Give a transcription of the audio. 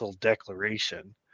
declaration